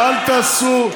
ואל תעשו,